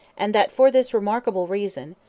and that for this remarkable reason,